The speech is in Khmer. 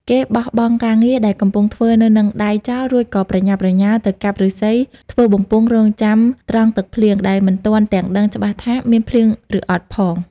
គេបោះបង់ការងារដែលកំពុងធ្វើនៅហ្នឹងដៃចោល រួចក៏ប្រញាប់ប្រញាល់ទៅកាប់ឫស្សីធ្វើបំពង់រង់ចាំត្រងទឹកភ្លៀង ដែលមិនទាន់ទាំងដឹងច្បាស់ថា មានភ្លៀងឬក៏អត់ផង ។